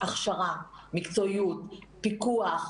הכשרה, מקצועיות, פיקוח,